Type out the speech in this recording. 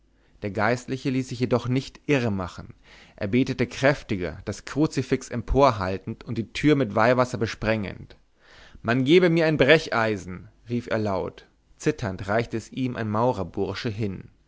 der geistliche ließ sich jedoch nicht irre machen er betete kräftiger das kruzifix emporhaltend und die tür mit weihwasser besprengend man gebe mir ein brecheisen rief er laut zitternd reichte es ihm ein maurerbursche hin